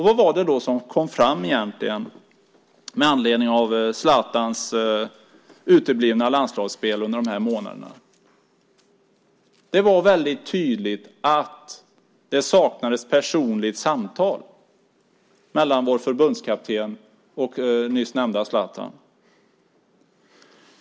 Vad var det som kom fram med anledning av Zlatans uteblivna landslagsspel under dessa månader? Det var mycket tydligt att det saknades personligt samtal mellan vår förbundskapten och nyss nämnda Zlatan.